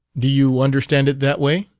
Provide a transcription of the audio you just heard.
do you understand it that way?